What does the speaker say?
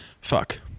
Fuck